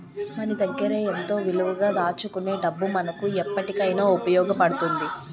మన దగ్గరే ఎంతో విలువగా దాచుకునే డబ్బు మనకు ఎప్పటికైన ఉపయోగపడుతుంది